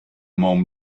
mont